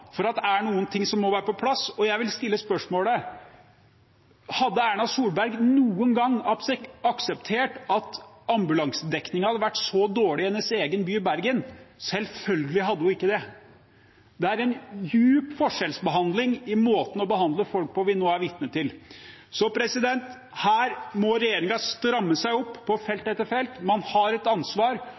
for det er noen ting som må være på plass. Jeg vil stille spørsmålet: Hadde Erna Solberg noen gang akseptert at ambulansedekningen hadde vært så dårlig i hennes egen by, Bergen? Selvfølgelig hadde hun ikke det. Det er en dyp forskjell i måten å behandle folk på vi nå er vitne til. Regjeringen må stramme seg opp på felt etter felt. Man har ansvar,